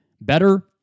better